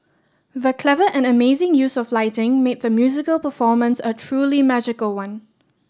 the clever and amazing use of lighting made the musical performance a truly magical one